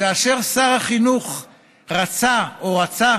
כאשר שר החינוך רצה או רוצה